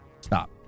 Stop